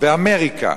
באמריקה.